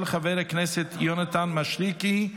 של חבר הכנסת יונתן משריקי,